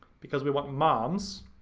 because we want moms,